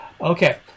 Okay